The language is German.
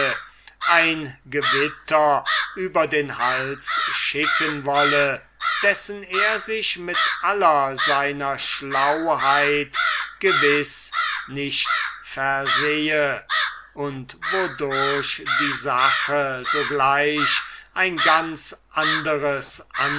ein gewitter über den hals schicken wolle dessen er sich mit aller seiner schlauheit gewiß nicht versehn und wodurch die sache sogleich ein ganz ander